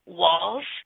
walls